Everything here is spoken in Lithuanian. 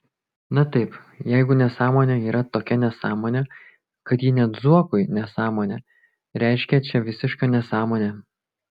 na taip jeigu nesąmonė yra tokia nesąmonė kad ji net zuokui nesąmonė reiškia čia visiška nesąmonė